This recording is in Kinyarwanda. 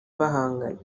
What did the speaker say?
bahanganye